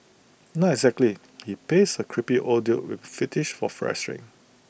not exactly he plays A creepy old dude with fetish for